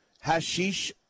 hashish